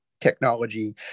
technology